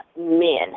men